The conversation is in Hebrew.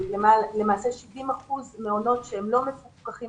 למעשה 70 אחוזים מעונות שהם לא מפוקחים